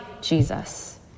Jesus